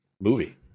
movie